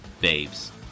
Babes